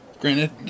granted